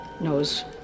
knows